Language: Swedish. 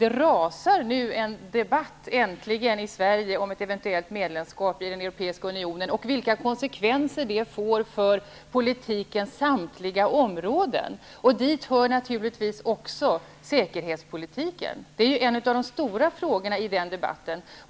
Det rasar nu äntligen en debatt i Sverige om ett eventuellt medlemskap i den Europeiska unionen och om vilka konsekvenser det får för politikens samtliga områden. Dit hör naturligtvis också säkerhetspolitiken. Det är en av de stora frågorna i den debatten.